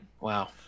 Wow